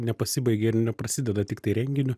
nepasibaigia ir neprasideda tiktai renginiu